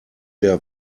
der